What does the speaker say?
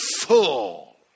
full